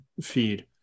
feed